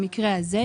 במקרה הזה,